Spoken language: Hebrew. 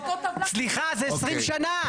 סליחה זה 20 שנים.